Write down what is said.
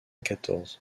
quatorze